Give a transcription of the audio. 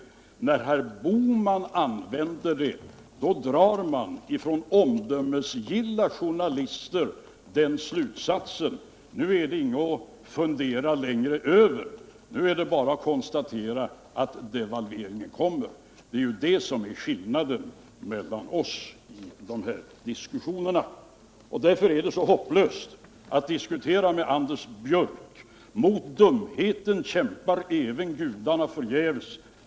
Men när herr Bohman använder ordet, drar omdömesgilla journalister slutsatsen att det inte finns någonting att fundera över längre, utan nu är det bara att konstatera att devalveringen kommer. Det är skillnaden mellan oss i dessa diskussioner. Därför är det så hopplöst att diskutera med Anders Björck. Mot dumheten kämpar även gudarna förgäves.